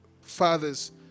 fathers